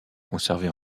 conservé